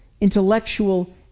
intellectual